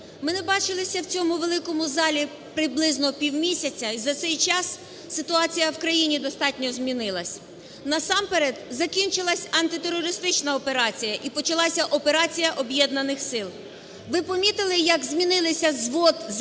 Ми не бачилися в цьому великому залі приблизно півмісяця, і за цей час ситуація в країні достатньо змінилась. Насамперед закінчилась антитерористична операція і почалася операція Об'єднаних сил. Ви помітили, як змінилися зведення